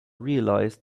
realised